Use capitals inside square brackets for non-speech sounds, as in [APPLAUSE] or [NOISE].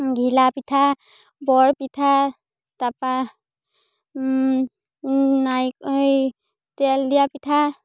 ঘিলা পিঠা বৰপিঠা তাৰপৰা [UNINTELLIGIBLE] সেই তেল দিয়া পিঠা